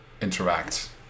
interact